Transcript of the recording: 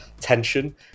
tension